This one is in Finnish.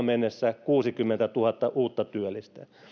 mennessä kuusikymmentätuhatta uutta